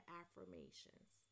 affirmations